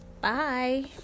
bye